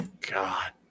God